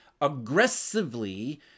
aggressively